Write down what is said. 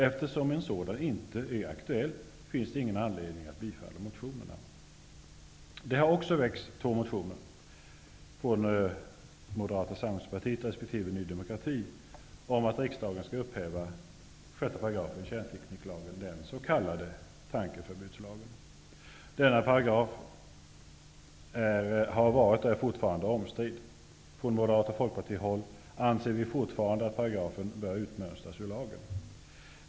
Eftersom en sådan inte är aktuellt, finns det ingen anledning att bifalla motionerna. Det har väckts två andra motioner - från Moderata samlingspartiet respektive Ny demokrati - om att riksdagen skall upphäva 6 § i kärntekniklagen, den s.k. tankeförbudslagen. Denna paragraf har varit och är fortfarande omstridd. Från moderat och folkpartisthåll anser vi fortfarande att paragrafen bör utmönstras ur lagen.